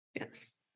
Yes